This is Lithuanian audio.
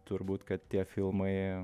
turbūt kad tie filmai